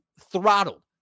throttled